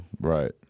Right